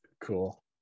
Cool